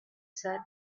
said